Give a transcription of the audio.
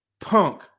punk